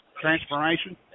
transformation